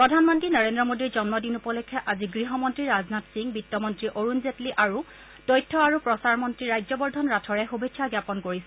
প্ৰধানমন্তী নৰেন্দ্ৰ মোদীৰ জন্মদিন উপলক্ষে আজি গৃহমন্তী ৰাজনাথ সিং বিত্তমন্তী অৰুণ জেটলী আৰু তথ্য আৰু প্ৰচাৰ মন্নী ৰাজ্যবৰ্ধন ৰাথোড়ে শুভেচ্ছা জ্ঞাপন কৰিছে